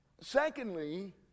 secondly